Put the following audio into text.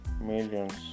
millions